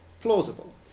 plausible